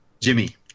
Jimmy